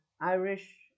irish